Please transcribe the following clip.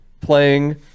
playing